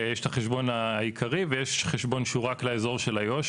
יש את החשבון העיקרי ויש חשבון שהוא רק לאזור של עיו"ש,